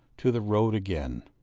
to the road again.